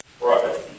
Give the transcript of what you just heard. Right